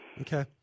Okay